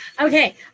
Okay